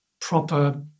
proper